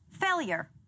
failure